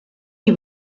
die